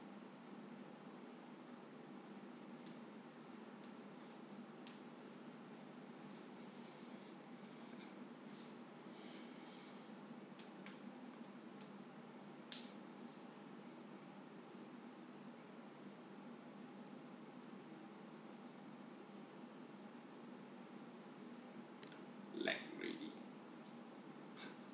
lag already